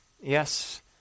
Yes